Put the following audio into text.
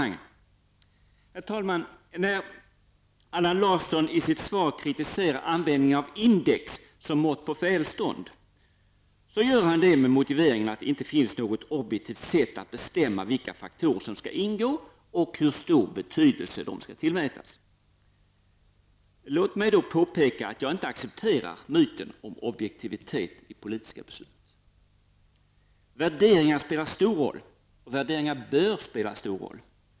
När Allan Larsson i sitt svar kritiserar användningen av index som mått på välstånd, så gör han det med motiveringen att det inte finns något objektivt sätt att bestämma vilka faktorer som skall ingå och hur stor betydelse de skall tillmätas. Låt mig då påpeka att jag inte accepterar myten om objektivitet i politiska beslut. Värderingar spelar stor roll, och värderingar bör spela stor roll.